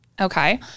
Okay